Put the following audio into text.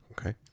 Okay